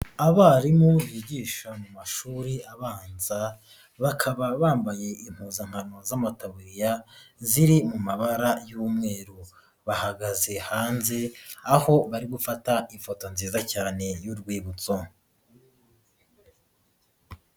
Abarimu bigisha mu mashuri abanza, bakaba bambaye impuzankano z'amataburiya ziri mu mabara y'umweru, bahagaze hanze aho bari gufata ifoto nziza cyane y'urwibutso.